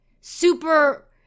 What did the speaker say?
super